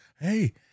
Hey